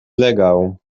ilegal